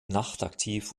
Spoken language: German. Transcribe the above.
nachtaktiv